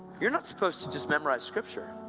you're not supposed to just memorise scripture.